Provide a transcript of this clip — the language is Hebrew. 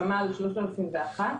תמ"ל 3001,